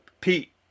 Pete